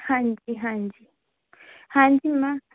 ਹਾਂਜੀ ਹਾਂਜੀ ਹਾਂਜੀ ਮੈਮ